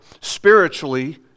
spiritually